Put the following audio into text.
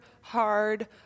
hard